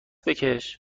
بکش